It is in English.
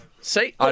See